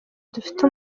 dufite